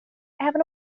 även